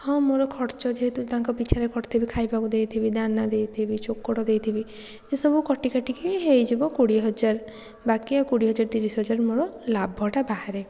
ହଁ ମୋର ଖର୍ଚ୍ଚ ଯେହେତୁ ତାଙ୍କ ପିଛାରେ କରିଥିବି ଖାଇବାକୁ ଦେଇଥିବି ଦାନା ଦେଇଥିବି ଚୋକଡ଼ ଦେଇଥିବି ଏ ସବୁ କଟିକାଟିକି ହେଇଯିବ କୋଡ଼ିଏ ହଜାର ବାକି ଆଉ କୋଡ଼ିଏ ତିରିଶ ହଜାର ମୋର ଲାଭଟା ବାହାରେ